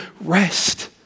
rest